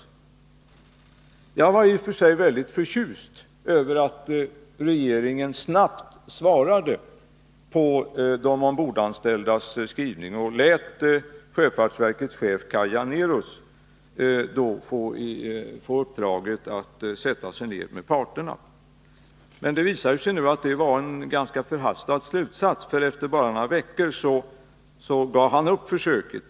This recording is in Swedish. Jag tyckte att det i och för sig var mycket positivt att regeringen snabbt svarade på de ombordanställdas skrivning och lät sjöfartsverkets chef Kaj Janérus få uppdraget att söka ena parterna. Men det visar sig nu att det var en ganska förhastad slutsats, för efter bara några veckor gav han upp försöket.